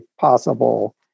possible